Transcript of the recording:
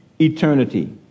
eternity